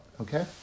okay